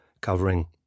covering